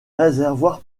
réservoirs